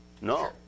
No